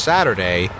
Saturday